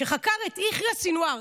שחקר את יחיא סנוואר,